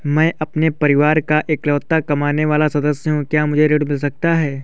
मैं अपने परिवार का इकलौता कमाने वाला सदस्य हूँ क्या मुझे ऋण मिल सकता है?